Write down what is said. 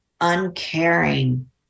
uncaring